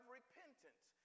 repentance